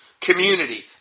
community